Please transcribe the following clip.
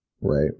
Right